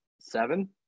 seven